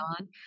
on